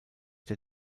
der